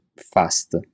fast